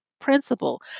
principle